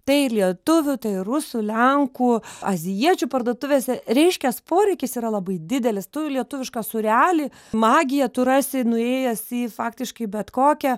tai ir lietuvių tai ir rusų lenkų azijiečių parduotuvėse reiškias poreikis yra labai didelis tu i lietuvišką sūrelį magija tu rasi nuėjęs į faktiškai bet kokią